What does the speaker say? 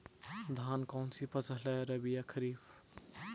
धान कौन सी फसल है रबी या खरीफ?